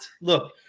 look